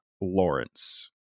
Lawrence